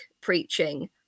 preaching